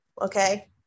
okay